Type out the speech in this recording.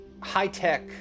high-tech